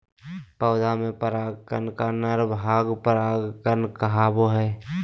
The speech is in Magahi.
पौधा में पराग कण का नर भाग परागकण कहावो हइ